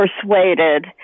persuaded